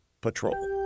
patrol